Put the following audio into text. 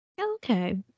Okay